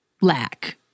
lack